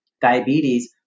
diabetes